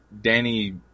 Danny